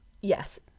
Yes